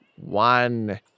One